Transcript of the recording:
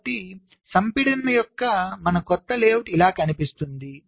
కాబట్టి సంపీడనం యొక్క మన కొత్త లేఅవుట్ ఇలా కనిపిస్తుంది